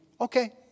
okay